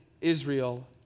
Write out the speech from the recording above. Israel